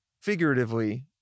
figuratively